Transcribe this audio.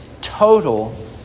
total